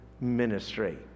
ministry